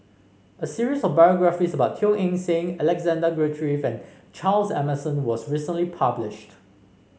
a series of biographies about Teo Eng Seng Alexander Guthrie Fan Charles Emmerson was recently published